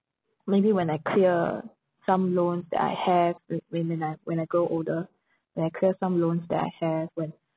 maybe when I clear some loans that I have when when I when I grow older then I clear some loans that I have when